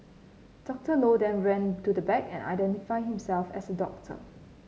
Doctor Low then ran to the back and identified himself as a doctor